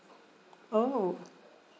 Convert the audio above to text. oh